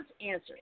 answer